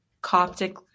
Coptic